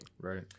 Right